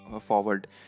forward